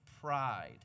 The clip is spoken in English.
pride